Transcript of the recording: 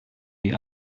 wie